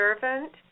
Servant